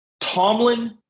Tomlin